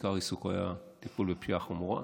עיקר עיסוקו היה טיפול בפשיעה חמורה,